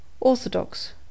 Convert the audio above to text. Orthodox